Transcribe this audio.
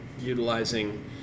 utilizing